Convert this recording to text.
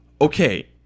Okay